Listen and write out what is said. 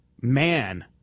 man